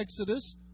Exodus